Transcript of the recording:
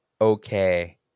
okay